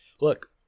look